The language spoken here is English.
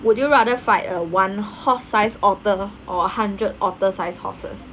would you rather fight a one horse-sized otter or a hundred otter-sized horses